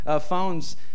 phones